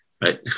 Right